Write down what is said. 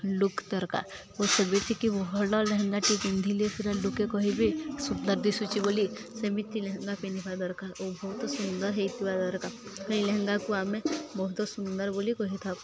look ଦରକାର ଓ ସେମିତିକି ଭଲ ଲେହେଙ୍ଗା ଟିଏ ପିନ୍ଧିଲେ ସେରା ଲୁକେ କହିବି ସୁନ୍ଦର ଦିଶୁଛି ବୋଲି ସେମିତି ଲେହେଙ୍ଗା ପିନ୍ଧିବା ଦରକାର ଓ ବହୁତ ସୁନ୍ଦର ହେଇଥିବା ଦରକାର ଏଇ ଲେହେଙ୍ଗାକୁ ଆମେ ବହୁତ ସୁନ୍ଦର ବୋଲି କହିଥାଉ